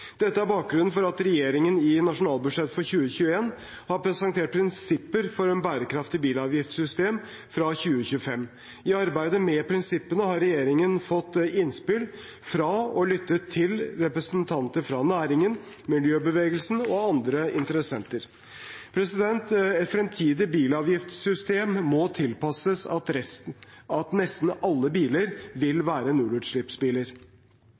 Dette er bakgrunnen for at regjeringen i nasjonalbudsjettet for 2021 har presentert prinsipper for et bærekraftig bilavgiftssystem fra 2025. I arbeidet med prinsippene har regjeringen fått innspill fra og lyttet til representanter fra næringen, miljøbevegelsen og andre interessenter. Et fremtidig bilavgiftssystem må tilpasses at nesten alle biler vil